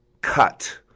cut